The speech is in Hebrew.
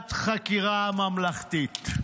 ועדת חקירה ממלכתית.